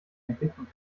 entwicklung